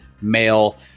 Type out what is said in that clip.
male